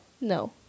No